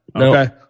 okay